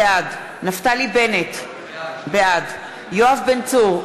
בעד נפתלי בנט, בעד יואב בן צור,